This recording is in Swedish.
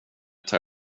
tar